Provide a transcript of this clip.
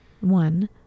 one